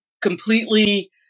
completely